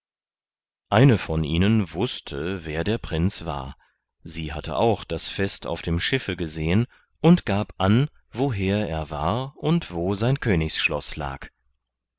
eine von ihnen wußte wer der prinz war sie hatte auch das fest auf dem schiffe gesehen und gab an woher er war und wo sein königsschloß lag